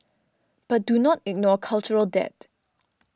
but do not ignore cultural debt